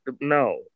no